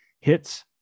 Hits